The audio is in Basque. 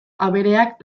abereak